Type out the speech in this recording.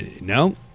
No